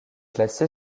classé